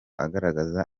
agaragaza